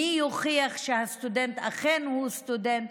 ומי יוכיח שהסטודנט הוא אכן סטודנט.